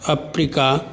Africa